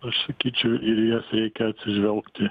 aš sakyčiau ir į jas reikia atsižvelgti